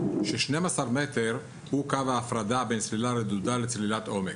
היא ש-12 מטר הוא קו ההפרדה בין צלילה רדודה לבין צלילת עומק.